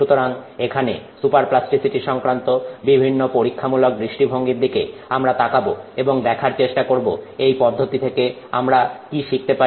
সুতরাং এখানে super plasticity সংক্রান্ত পরীক্ষা মূলক দৃষ্টিভঙ্গির দিকে আমরা তাকাবো এবং দেখার চেষ্টা করব এই পদ্ধতি থেকে আমরা কী শিখতে পারি